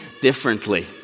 differently